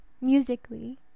musically